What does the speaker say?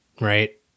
right